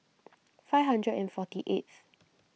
five hundred and forty eighth